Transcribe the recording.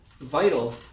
vital